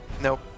Nope